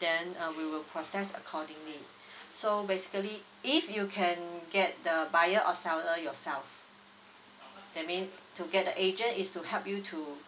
then uh we will process accordingly so basically if you can get the buyer or seller yourself that mean to get the agent is to help you to